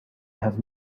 have